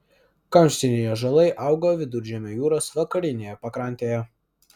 kamštiniai ąžuolai auga viduržemio jūros vakarinėje pakrantėje